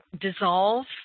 dissolve